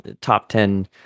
top-ten